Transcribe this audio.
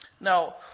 Now